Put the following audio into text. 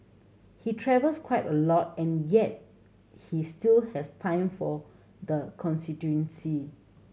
he travels quite a lot and yet he still has time for the constituency